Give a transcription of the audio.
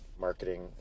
marketing